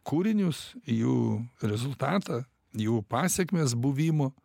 kūrinius jų rezultatą jų pasekmes buvimo